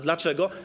Dlaczego?